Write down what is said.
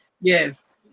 Yes